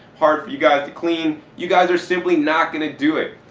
hard for you guys to clean, you guys are simply not going to do it.